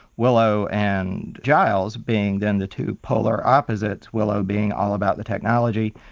willow and giles being then the two polar opposites willow being all about the technology,